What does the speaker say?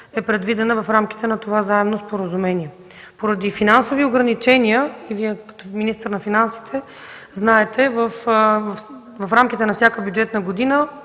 предвидена в рамките на това заемно споразумение. Поради финансови ограничения – Вие като министър на финансите знаете, че в рамките на всяка бюджетна година